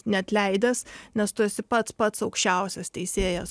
neatleidęs nes tu esi pats pats aukščiausias teisėjas